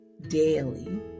Daily